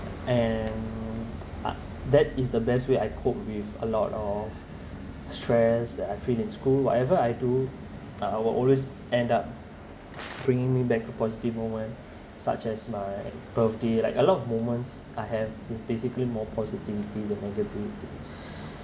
and that is the best way I cope with a lot of stress that I feel in school whatever I do (uh( will always end up bringing me back to positive moment such as my birthday like a lot of moments I have basically more positivity than negativity